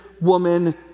woman